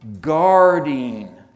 guarding